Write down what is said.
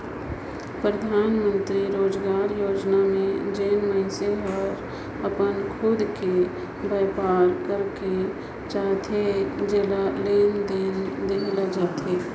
परधानमंतरी रोजगार योजना में जेन मइनसे हर अपन खुद कर बयपार करेक चाहथे जेला लोन देहल जाथे